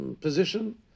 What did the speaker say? position